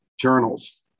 journals